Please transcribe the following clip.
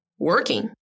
working